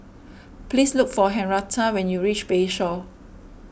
please look for Henretta when you reach Bayshore